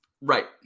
Right